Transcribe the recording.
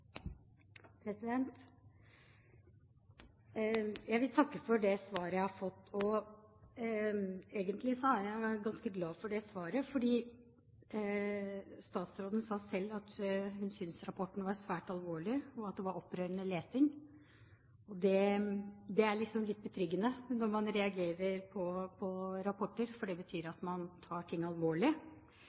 jeg ganske glad for det svaret, fordi statsråden sa selv at hun syntes rapporten var svært alvorlig, og at det var opprørende lesing. Det er liksom litt betryggende når man reagerer på rapporter, for det betyr at man tar ting alvorlig.